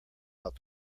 out